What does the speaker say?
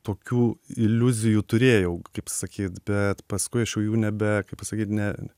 tokių iliuzijų turėjau kaip sakyt bet paskui aš jau jų nebe kaip pasakyt ne